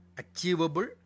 achievable